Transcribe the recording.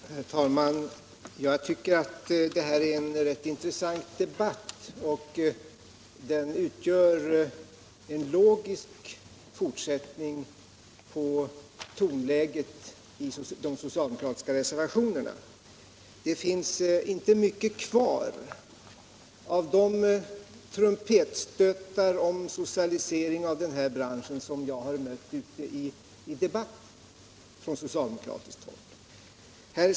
Herr talman! Jag tycker att detta är en rätt intressant debatt och att den utgör en logisk fortsättning på tonläget i de socialdemokratiska reservationerna. Det finns nu inte mycket kvar av de trumpetstötar om socialisering av den här branschen som jag tidigare har mött från socialdemokratiskt håll ute i debatten.